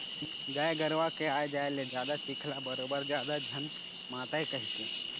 गाय गरूवा के आए जाए ले जादा चिखला बरोबर जादा झन मातय कहिके